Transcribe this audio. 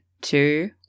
two